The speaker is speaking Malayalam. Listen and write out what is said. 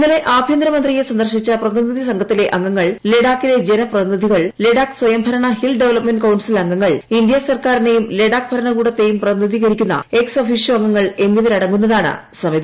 ഇന്നലെ ആഭ്യന്തരമന്ത്രിയെ സന്ദർശിച്ച പ്രതിനിധ്യി സ്റ്റ്ഘത്തിലെ അംഗങ്ങൾ ലഡാക്കിലെ ജനപ്രതിനിധികൾ ലഡ്കിക്ക് സ്വയംഭരണ ഹിൽ ഡെവലപ്മെന്റ് കൌൺസിൽ അർഗ്ഗങ്ങൾ ഇന്ത്യാ സർക്കാരിനെയും ലഡാക്ക് ഭരണകൂടത്തെയും പ്രതിനിധീകരിക്കുന്ന എക്സ് അഫീഷ്യോ അംശങ്ങൾ എന്നിവരടങ്ങുന്നതാണ് സമിതി